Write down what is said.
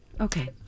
Okay